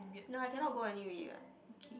no I cannot go anyway what